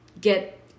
get